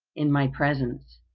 in my presence.